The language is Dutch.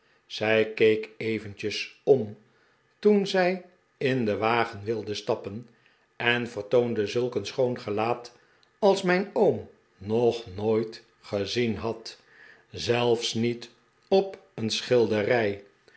zij keek event esom toen zij in den wagen wilde stappen en vertoonde zulk een schoon gelaat als mijn oom nog nooit gezien had zelfs niet op een schilderij